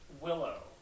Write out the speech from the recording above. Willow